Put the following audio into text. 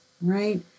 right